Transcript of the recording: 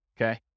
Okay